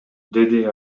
деди